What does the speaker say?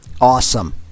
awesome